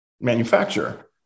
manufacturer